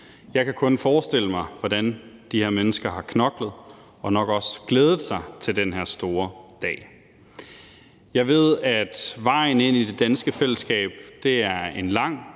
Jeg kan kun forestille mig, hvordan de her mennesker har knoklet og nok også glædet sig til den her store dag. Jeg ved, at vejen ind i det danske fællesskab er en lang